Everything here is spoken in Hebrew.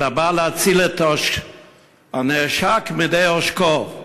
אלא בא להציל את הנעשק מידי עושקו.